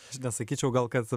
aš nesakyčiau gal kad